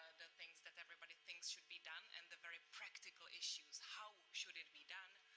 the things that everybody thinks should be done, and the very practical issues, how should it be done,